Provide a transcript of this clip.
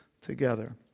together